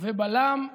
ובלם ובלם.